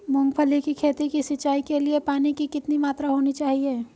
मूंगफली की खेती की सिंचाई के लिए पानी की कितनी मात्रा होनी चाहिए?